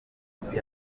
afurika